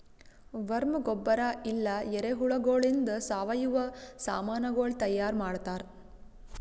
worm ಗೊಬ್ಬರ ಇಲ್ಲಾ ಎರೆಹುಳಗೊಳಿಂದ್ ಸಾವಯವ ಸಾಮನಗೊಳ್ ತೈಯಾರ್ ಮಾಡ್ತಾರ್